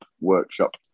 workshop